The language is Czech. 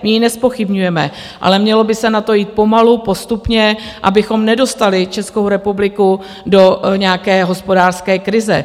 My ji nezpochybňujeme, ale mělo by se na to jít pomalu, postupně, abychom nedostali Českou republiku do nějaké hospodářské krize.